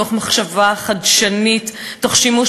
אלימות,